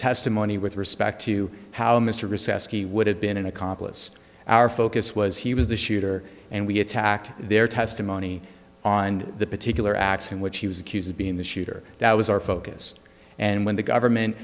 testimony with respect to how mr recess he would have been an accomplice our focus was he was the shooter and we attacked their testimony on the particular acts in which he was accused of being the shooter that was our focus and when the government